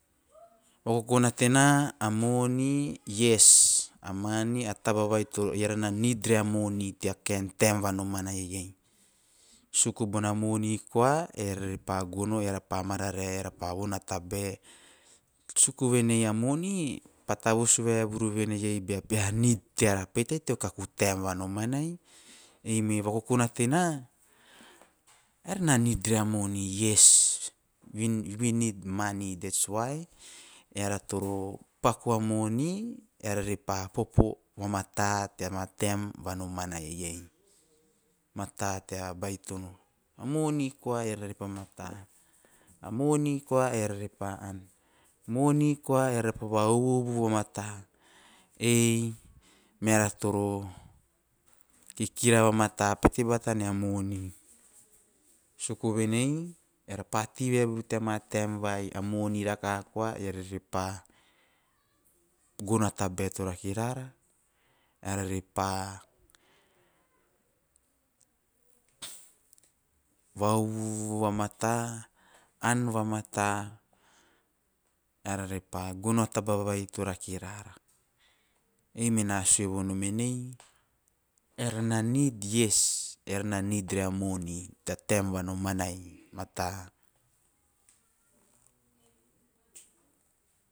O vakokona tena a moni, yes a taba vai to, eara na nid re a moni teo kaen taem vai nomanai. Suku bona moni koa eara re pa gono, eara re pa mararae, eara pa von a tabae suku venei a moni pa tavus vaevuru vene iei bea peha nid teara pete teo kaku taem va nomanai. Eime vakokona tena, eara na nid rea moni yes we need money thats why eara toro paku a moni eara re pa popo vamata teama taem va nomanai. Mata tea baitono, a moni koa eara re pa mata, a moni koa eara re pa ann, a moni koa eara pa va uvuiuvu va mata ei mearaa toro kikira vamata pete bata nea moni. Suku venei eara pa tei vaevuru teama taem vai a moni rakaha koa eara re pa gono a tabae to rake rara, eara re pa va uvuiuvu va mata, ann vamata, eara ra pa gono a tabae to rake rara, ei mena sue vonom en eara na nid "yes" eara na nid rea a moni tea taem vai nomanai. Mata.